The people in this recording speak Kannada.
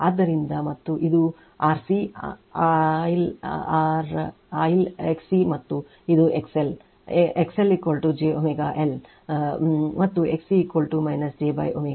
ಆದ್ದರಿಂದ ಮತ್ತು ಇದು ಇದು RC ಆಯಿಲ್ XCಮತ್ತು ಇದು XL XL JL ω ಮತ್ತು XC jω C